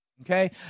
Okay